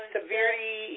Severity